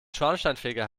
schornsteinfeger